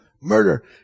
murder